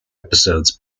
episodes